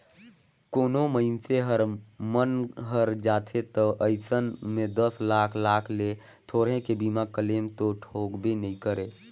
कोनो मइनसे हर मन हर जाथे त अइसन में दस लाख लाख ले थोरहें के बीमा क्लेम तो ठोकबे नई करे